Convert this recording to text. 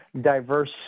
diverse